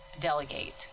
delegate